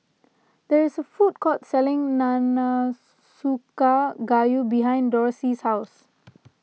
there is a food court selling gayu behind Dorsey's house